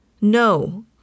No